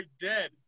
dead